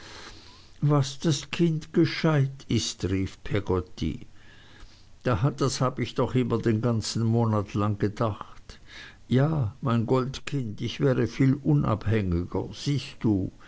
was das kind gescheit ist rief peggotty das hab ich doch auch immer den ganzen monat lang gedacht ja mein goldkind und ich wäre viel unabhängiger siehst du